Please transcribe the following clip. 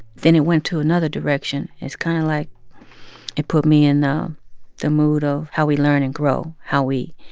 then it went to another direction. it's kind of like it put me in the the mood of how we learn and grow, how we